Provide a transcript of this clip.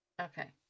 Okay